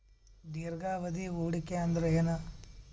ದೀರ್ಘಾವಧಿ ಹೂಡಿಕೆ ಅಂದ್ರ ಏನು?